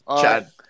Chad